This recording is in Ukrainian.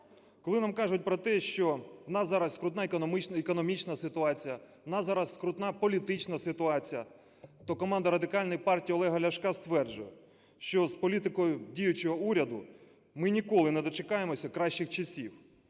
Коли нам кажуть про те, що у нас зараз скрутна економічна ситуація, у нас зараз скрутна політична ситуація, то команда Радикальної партії Олега Ляшка стверджує, що з політикою діючого уряду ми ніколи не дочекаємося кращих часів,